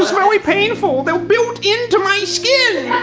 very painful, they're built into my skin.